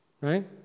right